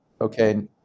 okay